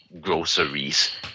groceries